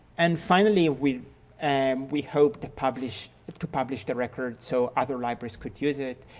and finally, we and we hope to publish to publish the records so other libraries could use it.